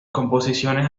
composiciones